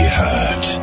hurt